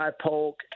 Polk